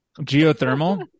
Geothermal